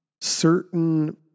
certain